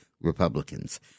Republicans